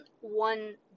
one